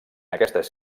aquestes